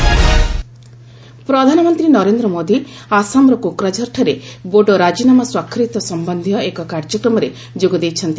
PM Assam ପ୍ରଧାନମନ୍ତ୍ରୀ ନରେନ୍ଦ୍ର ମୋଦି ଆସାମର କୋକ୍ରାଝରଠାରେ ବୋଡୋ ରାଜିନାମା ସ୍ୱାକ୍ଷରିତ ସମ୍ପନ୍ଧୀୟ ଏକ କାର୍ଯ୍ୟକ୍ରମରେ ଯୋଗ ଦେଇଛନ୍ତି